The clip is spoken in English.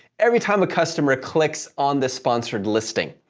every time a customer clicks on the sponsored listing.